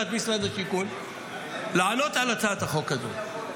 את משרד השיכון לענות על הצעת החוק הזאת.